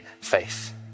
faith